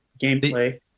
gameplay